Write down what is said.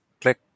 click